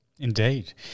Indeed